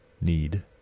need